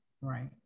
right